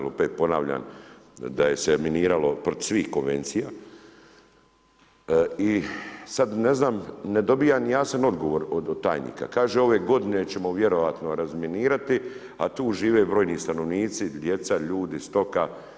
Jer opet ponavljam, da je se miniralo protiv svih konvencija i sada ne znam, ne dobivam jasan odgovor od tajnika, kaže ove godine ćemo vjerojatno razminirati, a tu žive brojni stanovnici, djeca, stoka.